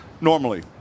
normally